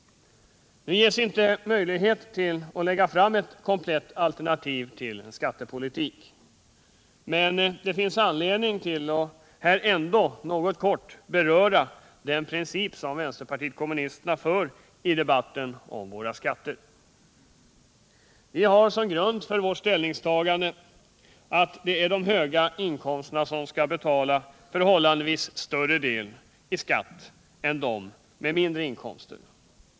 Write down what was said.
Nu ges inte möjlighet att lägga fram ett komplett alternativ till skattepolitik, men det finns anledning att här ändå något beröra den princip som vpk förespråkar i debatten om våra skatter. Vi har som grund för vårt ställningstagande att det är människor med de höga inkomsterna som skall betala förhållandevis större del i skatt än de med mindre inkomster.